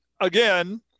again